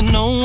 no